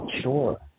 sure